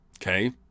Okay